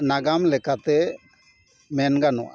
ᱱᱟᱜᱟᱢ ᱞᱮᱠᱟ ᱛᱮ ᱢᱮᱱᱜᱟᱱᱚᱜᱼᱟ